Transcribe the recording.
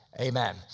Amen